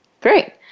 Great